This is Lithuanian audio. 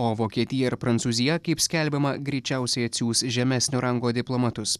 o vokietija ir prancūzija kaip skelbiama greičiausiai atsiųs žemesnio rango diplomatus